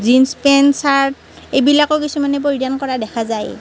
jeans pant shirt এইবিলাকো কিছুমানে পৰিধান কৰা দেখা যায়